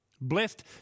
Blessed